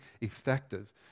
effective